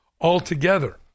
altogether